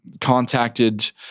contacted